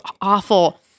awful